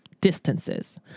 distances